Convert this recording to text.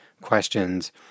questions